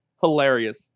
hilarious